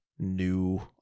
new